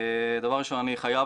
זה נשמע כמו חגיגת פתרון, ולא דיון.